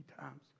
times